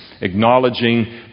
acknowledging